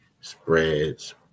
spreads